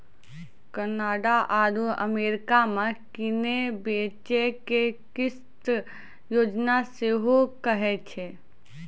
Canada आरु America मे किनै बेचै के किस्त योजना सेहो कहै छै